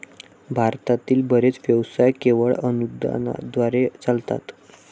भारतातील बरेच व्यवसाय केवळ अनुदानाद्वारे चालतात